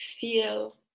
feel